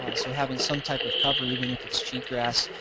so having some type of cover even if it's cheatgrass,